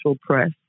press